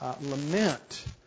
lament